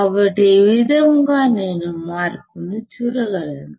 కాబట్టి ఈ విధంగా నేను మార్పును చూడగలను